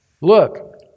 look